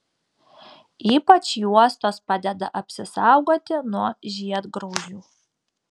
ypač juostos padeda apsisaugoti nuo žiedgraužių